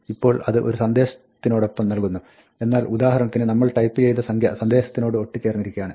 ഇപ്പോൾ അത് ഒരു സന്ദേശത്തിനൊപ്പം നൽകുന്നു എന്നാൽ ഉദാഹരണത്തിന് നമ്മൾ ടൈപ്പ് ചെയ്ത സംഖ്യ സന്ദേശത്തിനോട് ഒട്ടിച്ചേർന്നിരിക്കുകയാണ്